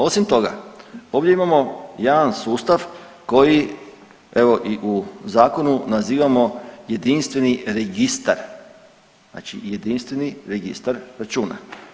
Osim toga, ovdje imamo jedan sustav koji evo i u Zakonu nazivamo jedinstveni registar, znači Jedinstveni registar računa.